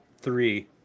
three